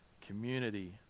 Community